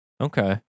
Okay